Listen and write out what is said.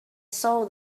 saw